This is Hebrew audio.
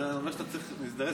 זה אומר שאתה צריך להזדרז,